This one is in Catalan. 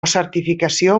certificació